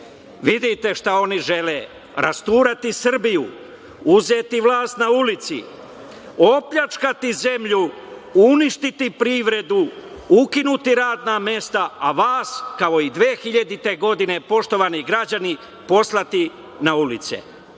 vidite šta oni žele, rasturati Srbiju, uzeti vlast na ulici, opljačkati zemlju, uništiti privredu, ukinuti radna mesta, a vas kao i 2000. godine, poštovani građani, poslati na ulice.